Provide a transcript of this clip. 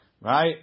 Right